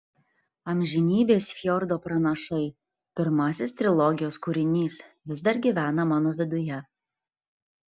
amžinybės fjordo pranašai pirmasis trilogijos kūrinys vis dar gyvena mano viduje